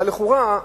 אבל לכאורה,